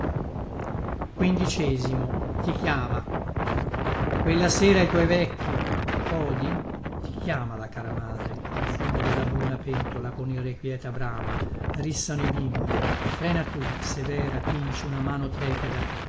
bianche braccia quella sera i tuoi vecchi odi ti chiama la cara madre al fumo della bruna pentola con irrequieta brama rissano i bimbi frena tu severa quinci una mano trepida